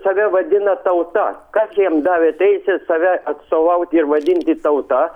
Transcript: save vadina tauta kas jiem davė teisę save atstovauti vadinti tauta